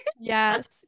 Yes